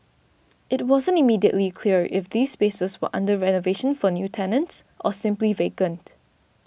it wasn't immediately clear if these spaces were under renovation for new tenants or simply vacant